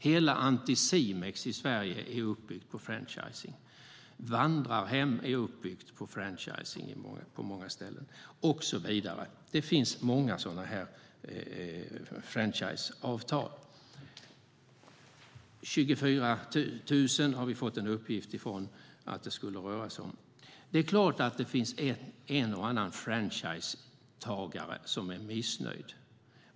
Hela Anticimex i Sverige är uppbyggt på franchising. Vandrarhem är uppbyggda på franchising på många ställen. Det finns många sådana här franchiseavtal. 24 000 har vi fått uppgift om att det skulle röra sig om. Det är klart att det finns en och annan franchisetagare som är missnöjd.